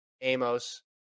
Amos